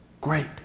great